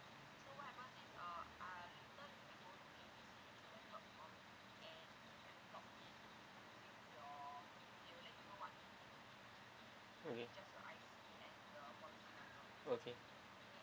okay okay